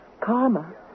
karma